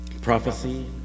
Prophecy